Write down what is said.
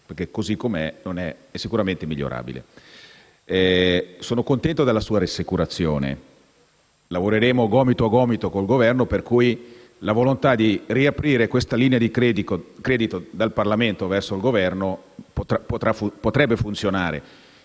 perché così com'è è sicuramente migliorabile. Sono contento della sua rassicurazione. Lavoreremo gomito a gomito con il Governo e la volontà di riaprire la linea di credito del Parlamento verso il Governo potrebbe funzionare